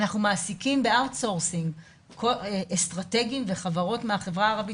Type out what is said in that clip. אנחנו מעסיקים באאוטסורסינג אסטרטגים וחברות מהחברה הערבית,